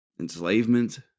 enslavement